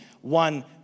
one